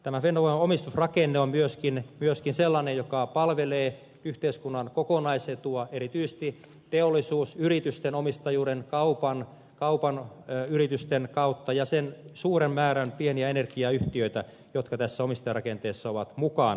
tämä fennovoiman omistusrakenne on myöskin sellainen joka palvelee yhteiskunnan kokonaisetua erityisesti teollisuusyritysten omistajuuden kaupan yritysten kautta ja sen suuren määrän pieniä energiayhtiöitä jotka tässä omistajarakenteessa ovat mukana